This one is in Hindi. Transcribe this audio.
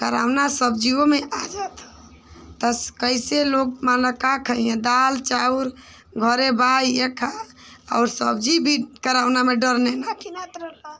कोरोना सब्ज़ियों में आ जाता है तो कइसे लोग मने का खहिहन दाल चाउर घरे बा इहे खा आउर सब्ज़ी भी कोरोना में डरे ना किनात रहिले